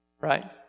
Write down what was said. right